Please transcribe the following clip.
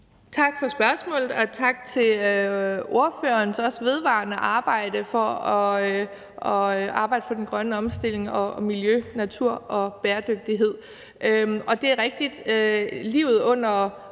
Tak for spørgsmålet, og tak for ordførerens også vedvarende arbejde for den grønne omstilling og miljø, natur og bæredygtighed. Det er rigtigt,